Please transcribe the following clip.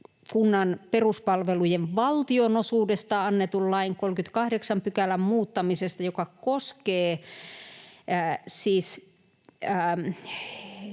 kunnan peruspalvelujen valtionosuudesta annetun lain 38 §:n muuttamisesta, joka koskee siis